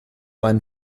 einen